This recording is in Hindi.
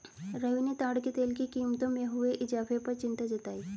रवि ने ताड़ के तेल की कीमतों में हुए इजाफे पर चिंता जताई